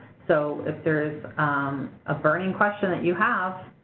so if there's a burning question that you have,